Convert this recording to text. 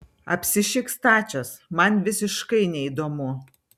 apsišik stačias man visiškai neįdomu